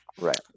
Right